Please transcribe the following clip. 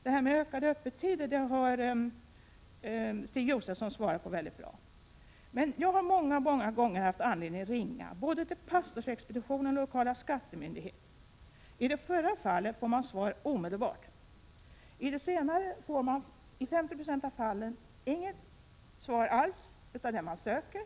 Detta med öppettiderna har Stig Josefson svarat mycket bra på. Jag har många, många gånger haft anledning att ringa till såväl pastorsexpeditionen som lokala skattemyndigheten. I det förra fallet får man svar omedelbart. I det senare fallet får man i 50 96 av fallen inget svar alls av den man söker.